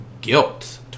guilt